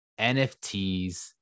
NFTs